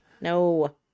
No